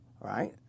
right